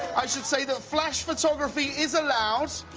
i should say the flash photography is allowed,